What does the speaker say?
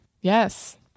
Yes